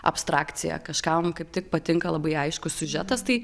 abstrakcija kažkam kaip tik patinka labai aiškus siužetas tai